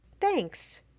Thanks